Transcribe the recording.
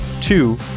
Two